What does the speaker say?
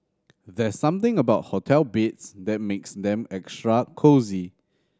there's something about hotel beds that makes them extra cosy